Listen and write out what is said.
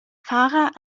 fahrer